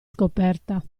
scoperta